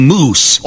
Moose